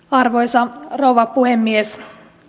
arvoisa rouva puhemies